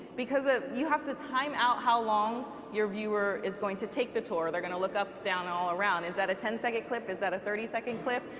because ah you have to time out how long your viewer is going to take the tour. they're going to look up, down, and all around, is that a ten second clip, is at a thirty second clip,